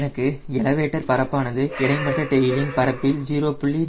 எனக்கு எலவேட்டர் பரப்பானது கிடைமட்ட டெயிலின் பரப்பில் 0